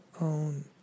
own